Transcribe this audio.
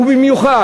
ובמיוחד,